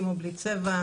עם או בלי צבע,